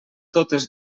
totes